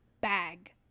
bag